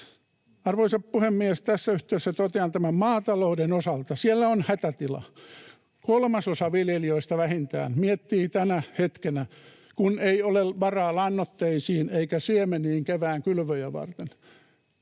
Arvoisa puhemies! Tässä yhteydessä totean maatalouden osalta, että siellä on hätätila. Vähintään kolmasosa viljelijöistä miettii tänä hetkenä, kun ei ole varaa lannoitteisiin eikä siemeniin kevään kylvöjä varten,